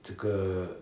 这个